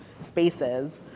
spaces